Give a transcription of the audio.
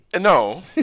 No